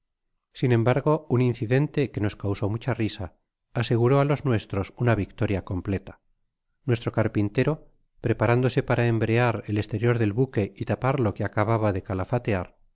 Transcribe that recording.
sin embargo un incidente que nos causó mucha risa aseguró á los nuestros una victoria completa nuestro carpintero preparándose para embrear el esterior del buque y tapar lo que acababa de calafatear